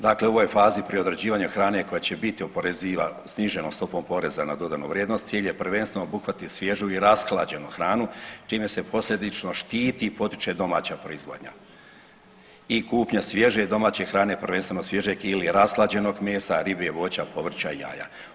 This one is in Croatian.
Dakle, u ovoj fazi pri određivanju hrane koja će biti oporezivana sniženom stopom poreza na dodanu vrijednost cilj je prvenstveno obuhvatiti svježu i rashlađenu hranu čime se posljedično štiti i potiče domaća proizvodnja i kupnja svježe domaće hrane, prvenstveno svježeg ili rashlađenog mesa, ribe, voća, povrća, jaja.